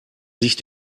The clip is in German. sich